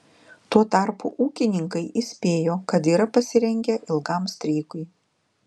tuo tarpu ūkininkai įspėjo kad yra pasirengę ilgam streikui